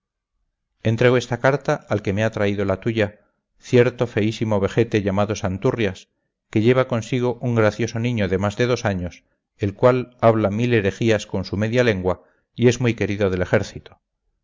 entrego esta carta al que me ha traído la tuya cierto feísimo vejete llamado santurrias que lleva consigo un gracioso niño de más de dos años el cual habla mil herejías con su media lengua y es muy querido del ejército